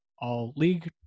all-league